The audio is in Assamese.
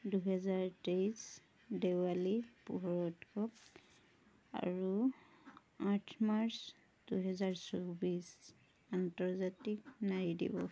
দুহেজাৰ তেইছ দেৱালী পোহৰৰ উৎসৱ আৰু আঠ মাৰ্চ দুহেজাৰ চৌব্বিছ আন্তৰ্জাতিক নাৰী দিৱস